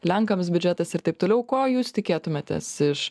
lenkams biudžetas ir taip toliau ko jūs tikėtumėtės iš